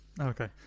Okay